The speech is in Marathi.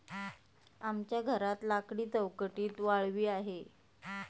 आमच्या घरात लाकडी चौकटीत वाळवी आहे